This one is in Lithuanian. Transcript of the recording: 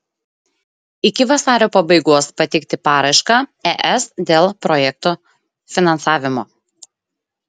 iki vasario pabaigos pateikti paraišką es dėl projekto finansavimo